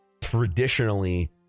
traditionally